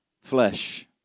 Flesh